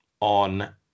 on